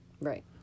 Right